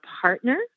partner